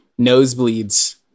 nosebleeds